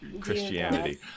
Christianity